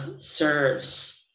serves